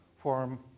form